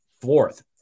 fourth